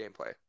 gameplay